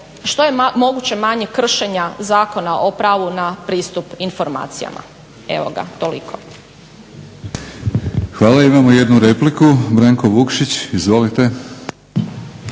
što je moguće manje kršenja Zakona o pravu na pristup informacijama. Evo ga, toliko. **Batinić, Milorad (HNS)** Hvala. Imamo jednu repliku, Branko Vukšić. Izvolite.